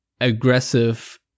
aggressive